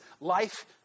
life